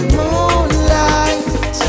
moonlight